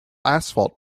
asphalt